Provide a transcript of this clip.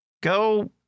Go